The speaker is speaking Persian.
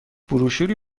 بروشوری